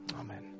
amen